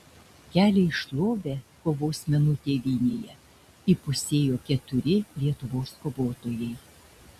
kelią į šlovę kovos menų tėvynėje įpusėjo keturi lietuvos kovotojai